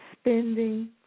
spending